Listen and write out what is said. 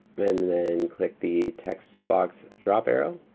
then then click the text box drop arrow.